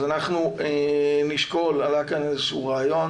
אז אנחנו נשקול, עלה כאן איזה שהוא רעיון,